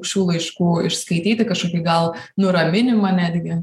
šių laiškų išskaityti kažkokį gal nuraminimą netgi